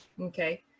okay